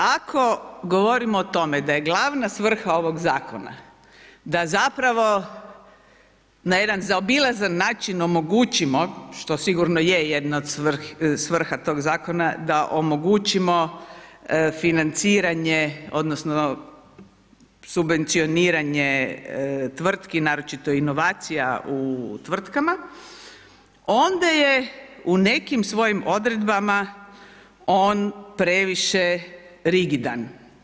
Ako govorimo o tome da je glavna svrha ovog zakona da zapravo na jedan zaobilazan način omogućimo, što sigurno je jedna od svrha tog zakona, da omogućimo financiranje odnosno subvencioniranje tvrtki naročito inovacija u tvrtkama, onda je u nekim svojim odredbama on previše rigidan.